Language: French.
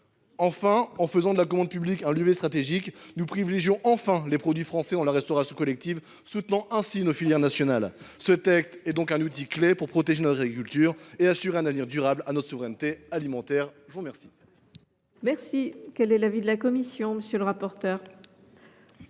Enfin, en faisant de la commande publique un levier stratégique, nous privilégions les produits français dans la restauration collective, soutenant ainsi nos filières nationales. Par cet amendement, nous fournissons donc un outil clé pour protéger notre agriculture et assurer un avenir durable à notre souveraineté alimentaire. Quel